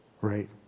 right